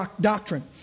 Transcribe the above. doctrine